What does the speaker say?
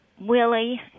Willie